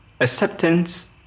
acceptance